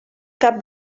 cap